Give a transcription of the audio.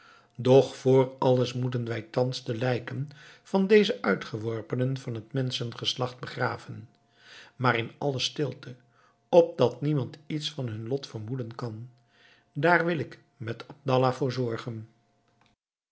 doch voor alles moeten wij thans de lijken van deze uitgeworpenen van het menschengeslacht begraven maar in alle stilte opdat niemand iets van hun lot vermoeden kan daar wil ik met abdallah voor zorgen